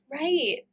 Right